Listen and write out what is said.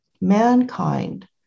mankind